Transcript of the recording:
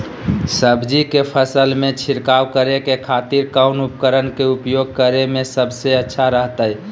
सब्जी के फसल में छिड़काव करे के खातिर कौन उपकरण के उपयोग करें में सबसे अच्छा रहतय?